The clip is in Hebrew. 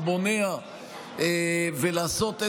מונע ולעשות